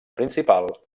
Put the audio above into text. principal